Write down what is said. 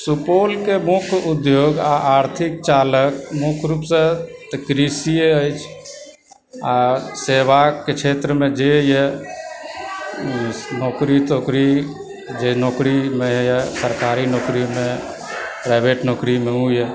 सुपौलके मुख्य उद्योग आ आर्थिक चालक मुख्य रुपसँ तऽ कृषिए अछि आ सेवाके क्षेत्रमे जेए नौकरी तौकरी जे नौकरीमेए सरकारी नौकरीमे प्राइवट नौकरीमे ओए